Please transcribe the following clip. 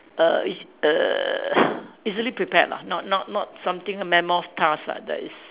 err is err easily prepared lah not not not something mammoth task lah that is